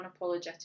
unapologetic